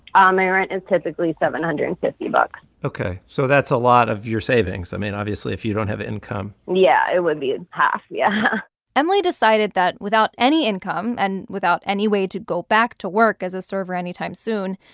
ah my rent is typically seven hundred and fifty bucks ok. so that's a lot of your savings. i mean, obviously, if you don't have income yeah, it would be a half. yeah emily decided that without any income and without any way to go back to work as a server anytime soon,